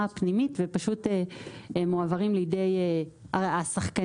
הפנימית ופשוט מועברים לידי השחקנים,